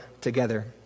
together